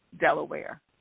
delaware